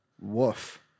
Woof